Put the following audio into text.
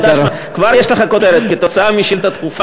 כבר יש לך כותרת: בעקבות שאילתה דחופה